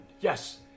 Yes